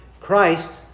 Christ